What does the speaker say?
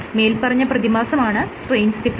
മേല്പറഞ്ഞ പ്രതിഭാസമാണ് strain stiffening